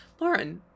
Lauren